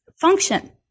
function